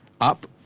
up